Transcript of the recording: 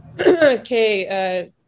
Okay